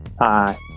Hi